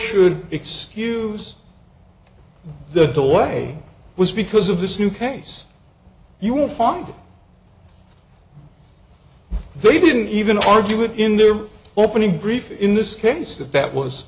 should excuse the doorway was because of this new case you were fond of they didn't even argue it in their opening brief in this case that that was